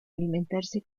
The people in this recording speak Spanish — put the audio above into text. alimentarse